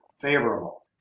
favorable